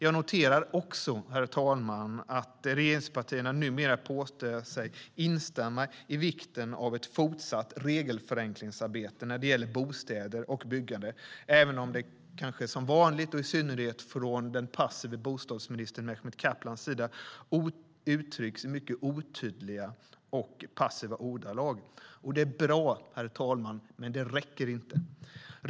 Jag noterar också att regeringspartierna numera påstår sig instämma i vikten av ett fortsatt regelförenklingsarbete när det gäller bostäder och byggande, även om det kanske som vanligt - i synnerhet från den passive bostadsministern Mehmet Kaplans sida - uttrycks i mycket otydliga och passiva ordalag. Det är bra, men det räcker inte.